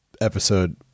episode